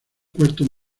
cuarto